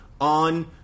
on